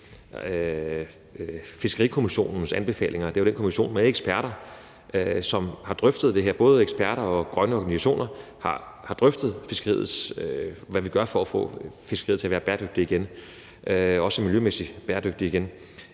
Fiskerikommissionens anbefalinger. Det er jo den kommission med eksperter, som har drøftet det her. Både eksperter og grønne organisationer har drøftet, hvad vi gør for at få fiskeriet til at være bæredygtigt igen, også miljømæssigt bæredygtig igen.